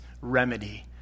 remedy